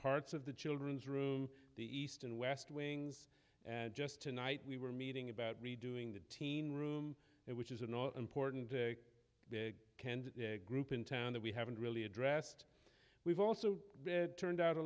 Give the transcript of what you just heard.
parts of the children's room the east and west wings and just tonight we were meeting about redoing the teen room which is an all important the canned group in town that we haven't really addressed we've also turned out a